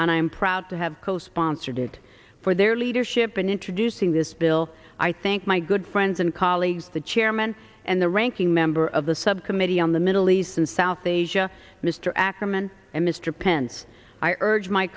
and i am proud to have co sponsored it for their leadership in introducing this bill i thank my good friends and colleagues the chairman and the ranking member of the subcommittee on the middle east and south asia mr ackerman and mr pence i urge my